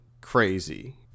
crazy